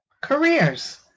careers